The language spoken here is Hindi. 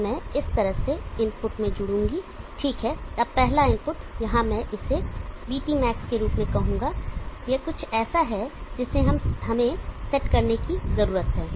अब मैं इस तरह से इनपुट में जुड़ूंगा ठीक है अब पहला इनपुट यहां मैं इसे VTmax के रूप में कहूंगा यह कुछ ऐसा है जिसे हमें सेट करने की जरूरत है